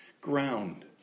ground